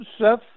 Seth